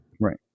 Right